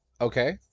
Okay